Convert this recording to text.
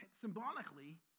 symbolically